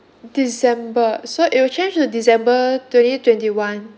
december so it'll change to december twenty twenty one